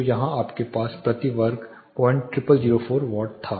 तो यहां आपके पास प्रति मीटर वर्ग 00004 वाट था